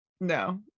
no